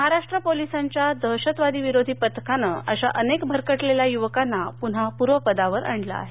महाराष्ट्र पोलिसांघ्या दहशतवादी विरोधी पथकानं अशा अनेक भरकटलेल्या युवकांना पून्हा पूर्वपदावर आणलं आहे